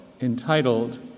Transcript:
entitled